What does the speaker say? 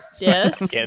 Yes